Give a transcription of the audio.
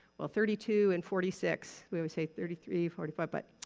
well, thirty two and forty six, we would say thirty three, forty five but,